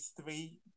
three